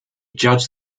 judged